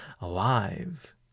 alive